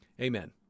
Amen